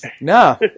no